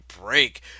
Break